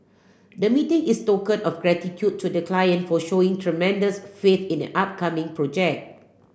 the meeting is token of gratitude to the client for showing tremendous faith in a upcoming project